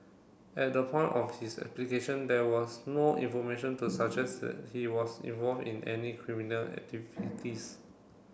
at the point of his application there was no information to suggest that he was involved in any criminal activities